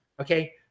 Okay